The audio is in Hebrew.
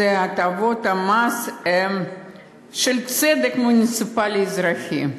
אלה הטבות מס של צדק מוניציפלי אזרחי.